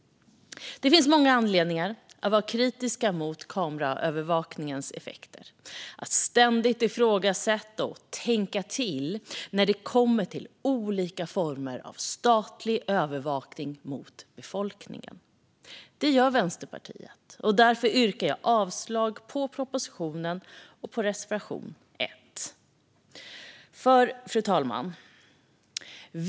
Det finns många anledningar att vara kritisk mot kameraövervakningens effekter och att ständigt ifrågasätta och tänka till när det kommer till olika former av statlig övervakning av befolkningen. Det gör Vänsterpartiet. Därför yrkar jag avslag på propositionen och bifall till reservation 1. Fru talman!